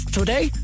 today